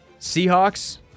Seahawks